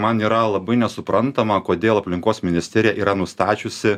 man yra labai nesuprantama kodėl aplinkos ministerija yra nustačiusi